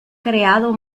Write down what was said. creado